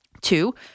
Two